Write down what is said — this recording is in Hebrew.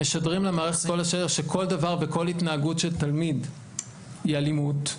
שמשדרים למערכת שכל דבר וכל התנהגות של תלמיד היא אלימות.